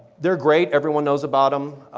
they are great everyone knows about them,